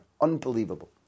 unbelievable